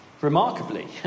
remarkably